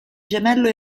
gemello